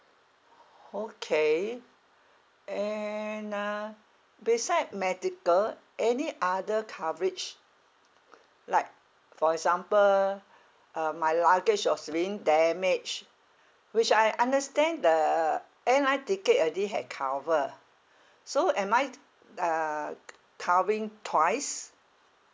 okay and uh beside medical any other coverage like for example uh my luggage was being damaged which I understand the airline ticket already had cover so am I uh covering twice